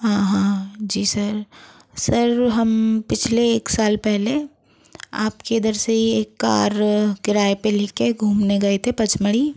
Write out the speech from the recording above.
हाँ हाँ जी सर सर हम पिछले एक साल पहले आपके इधर से एक कार किराए पे लेके घूमने गए थे पचमड़ी